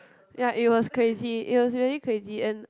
ya it was crazy it was really crazy and